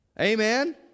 Amen